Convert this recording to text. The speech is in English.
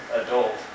adult